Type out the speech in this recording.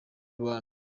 rubanda